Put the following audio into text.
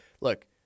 look